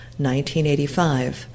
1985